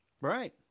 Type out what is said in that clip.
Right